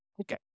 Okay